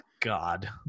God